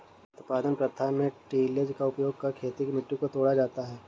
उत्पादन प्रथा में टिलेज़ का उपयोग कर खेत की मिट्टी को तोड़ा जाता है